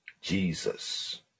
Jesus